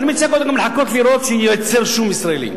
אני מציע קודם לחכות ולראות שנייצר שום ישראלי.